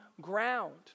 ground